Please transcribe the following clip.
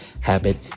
habit